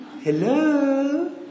Hello